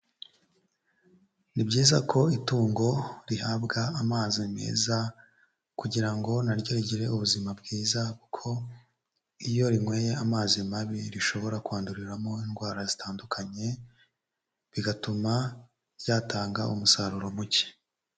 Ni byiza ko itungo rihabwa amazi meza, kugira ngo na ryo rigire ubuzima bwiza, kuko iyo rinyweye amazi mabi rishobora kwanduriramo indwara zitandukanye, bigatuma ryatanga umusaruro muke.